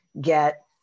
get